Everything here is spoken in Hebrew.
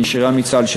הנשירה מצה"ל,